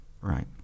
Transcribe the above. right